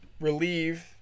relieve